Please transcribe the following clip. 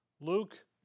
Luke